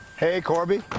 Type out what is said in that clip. hey, corby.